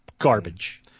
garbage